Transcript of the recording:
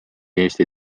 eesti